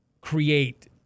create